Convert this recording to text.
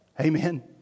Amen